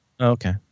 Okay